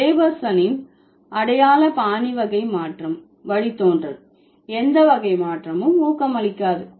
லேபர்சனின் அடையாள பாணி வகை மாற்றம் வழித்தோன்றல் எந்த வகை மாற்றமும் ஊக்கமளிக்காது